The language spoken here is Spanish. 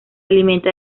alimenta